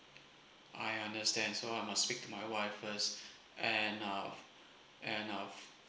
I understand so I must speak my wife first and uh and uh